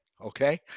Okay